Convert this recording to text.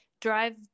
drive